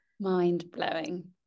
Mind-blowing